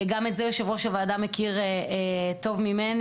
גם את זה יושב ראש הוועדה מכיר טוב ממני.